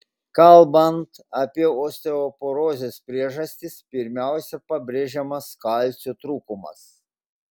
kalbant apie osteoporozės priežastis pirmiausia pabrėžiamas kalcio trūkumas